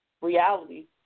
reality